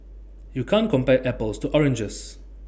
you can't compare apples to oranges